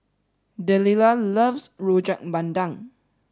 Delilah loves rojak bandung